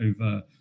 over